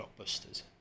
blockbusters